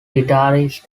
guitarist